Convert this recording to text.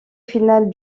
finale